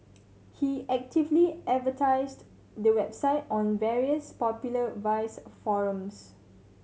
he actively advertised the website on various popular vice forums